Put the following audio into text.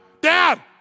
Dad